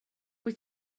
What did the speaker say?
wyt